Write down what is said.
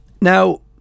Now